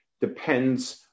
depends